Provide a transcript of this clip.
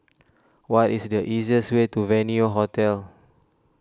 what is the easiest way to Venue Hotel